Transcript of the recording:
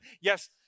Yes